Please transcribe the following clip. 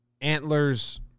Antlers